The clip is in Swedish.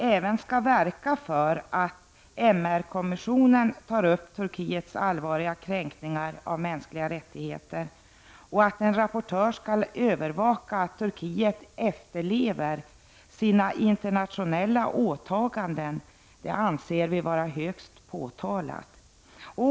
även skall verka för att i konventionen om de mänskliga rättigheterna ta upp Turkiets allvarliga kränkningar av de mänskliga rättigheterna och att en rapportör skall övervaka att Turkiet efterlever sina internationella åtaganden. anser vi vara högst påkallat.